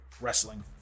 Wrestling